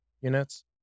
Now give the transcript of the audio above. units